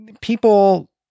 people